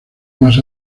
más